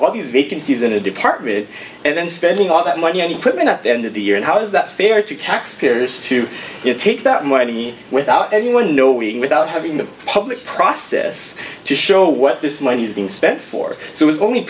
all these vacancies in a department and then spending all that money on equipment at the end of the year and how is that fair to taxpayers to take that money without anyone knowing without having the public process to show what this money is being spent for so it's only